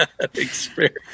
experience